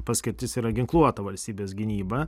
paskirtis yra ginkluota valstybės gynyba